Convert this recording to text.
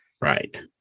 Right